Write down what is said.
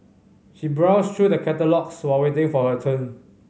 she browsed through the catalogues while waiting for her turn